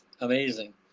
amazing